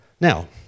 Now